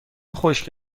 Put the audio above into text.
خشک